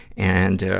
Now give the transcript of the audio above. and, ah,